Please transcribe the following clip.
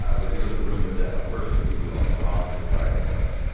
ah but there was a rumor that a person who was on the volunteer fire department.